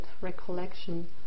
recollection